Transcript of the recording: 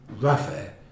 Rafa